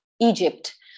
Egypt